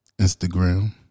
Instagram